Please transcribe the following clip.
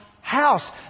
house